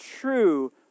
true